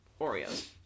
Oreos